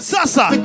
Sasa